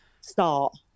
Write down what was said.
start